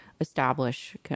establish